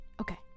Okay